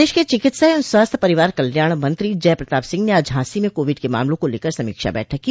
प्रदेश के चिकित्सा एवं स्वास्थ्य परिवार कल्याण मंत्री जय प्रताप सिंह ने आज झांसी में कोविड के मामलों को लेकर समीक्षा बैठक की